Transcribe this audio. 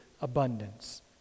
abundance